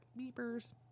beepers